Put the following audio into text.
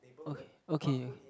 okay okay